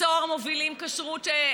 צהר מובילים כשרות,